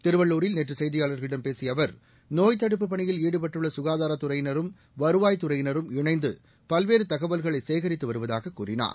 திருவள்ளூரில் நேற்று செய்தியாளர்களிடம் பேசிய அவர் நோய்த் தடுப்புப் பணியில் ஈடுபட்டுள்ள சுகாதாரத் துறையினரும் வருவாய்த் துறையினரும் இணைந்து பல்வேறு தகவல்களை சேகரித்து வருவதாக கூறினார்